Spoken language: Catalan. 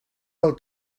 del